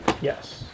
Yes